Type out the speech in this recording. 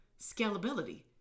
scalability